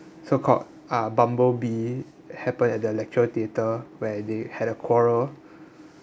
so called uh bumblebee happened at the lecture theatre where they had a quarrel